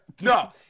No